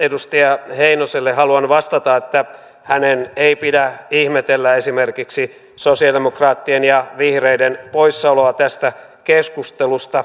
edustaja heinoselle haluan vastata että hänen ei pidä ihmetellä esimerkiksi sosialidemokraattien ja vihreiden poissaoloa tästä keskustelusta